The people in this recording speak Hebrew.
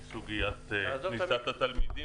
מסוגיית כניסת התלמידים